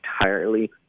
entirely